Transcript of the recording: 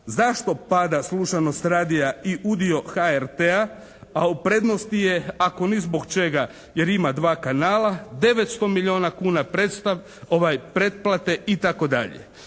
Zašto pada slušanost radia i udio HRT-a a u prednosti je ako ni zbog čega jer ima 2 kanala 900 milijuna kuna pretplate i tako dalje.